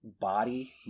body